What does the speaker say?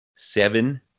seven